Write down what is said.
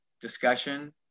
Discussion